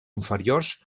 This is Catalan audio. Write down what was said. inferiors